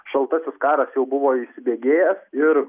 šaltasis karas jau buvo įsibėgėjęs ir